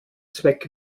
zweck